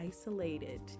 isolated